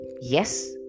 yes